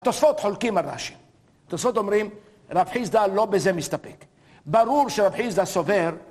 תוספות חולקים על רש"י. תוספות אומרים "רב חיסדא לא בזה מסתפק" - ברור שרב חיסדא סובר...